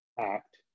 act